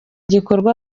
gikorwa